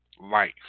life